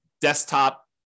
desktop